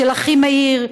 של אחימאיר,